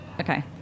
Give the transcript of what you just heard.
Okay